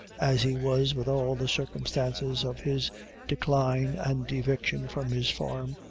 as he was with all the circumstances of his decline and eviction from his farm,